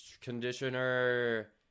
conditioner